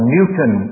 Newton